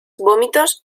vómitos